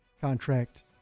contract